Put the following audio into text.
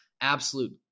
Absolute